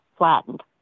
Flattened